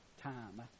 time